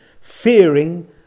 fearing